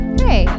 hey